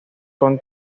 con